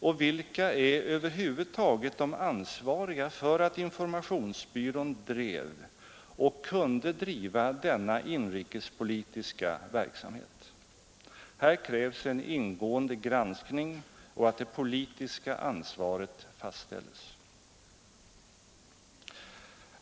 Och vilka är över huvud taget de ansvariga för att informationsbyrån drev och kunde driva denna inrikespolitiska verksamhet? Här krävs en ingående granskning och att det politiska ansvaret fastställes.